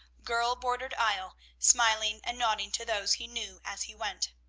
girl-bordered aisle, smiling and nodding to those he knew as he went.